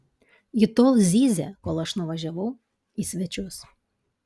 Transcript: ji tol zyzė kol aš nuvažiavau į svečius